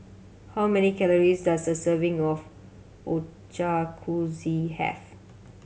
how many calories does a serving of Ochakuze have